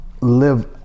live